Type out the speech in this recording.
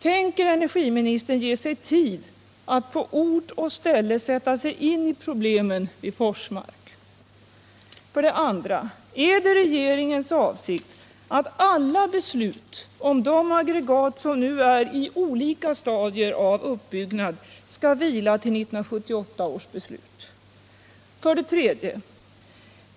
Tänker energiministern ge sig tid att på ort och ställe sätta sig in i problemen i Forsmark? För det andra. Är det regeringens avsikt att alla beslut om de aggregat som nu är i olika stadier av utbyggnad skall vila till 1978? För det tredje.